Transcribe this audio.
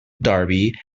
darby